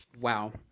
Wow